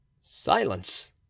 Silence